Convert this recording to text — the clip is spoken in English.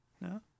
No